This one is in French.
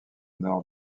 nord